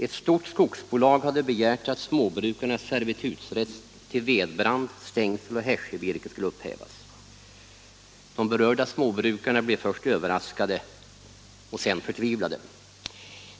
Ett stort skogsbolag hade begärt att småbrukarnas servitutsrätt till vedbrand, stängseloch hässjevirke skulle upphävas. De berörda småbrukarna blev först överraskade, sedan förtvivlade.